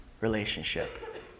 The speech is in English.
relationship